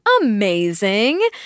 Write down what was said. Amazing